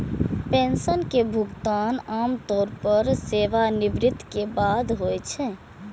pension के भुगतान आम तौर पर सेवानिवृत्ति के बाद होइ छै